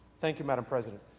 thank you, madam president.